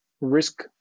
risk